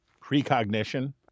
Precognition